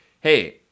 Hey